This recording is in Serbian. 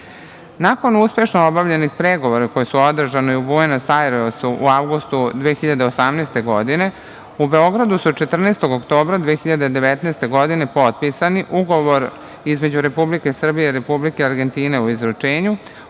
uspešno obavljenih pregovora koji su održani u Buenos Ajresu u avgustu 2018. godine, u Beogradu su 14. oktobra 2019. godine potpisani Ugovor između Republike Srbije i Republike Argentine o izručenju,